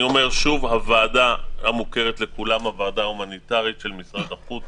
אני אומר שוב: הוועדה ההומניטרית של משרד החוץ